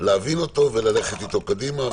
להבין אותו וללכת איתו קדימה.